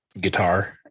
guitar